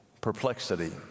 perplexity